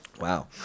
Wow